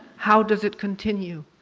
how does it continue?